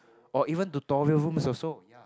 or even tutorial rooms also ya